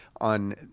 On